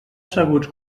asseguts